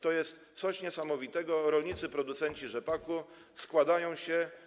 To jest coś niesamowitego - rolnicy, producenci rzepaku składają się.